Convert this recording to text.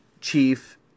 Chief